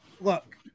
look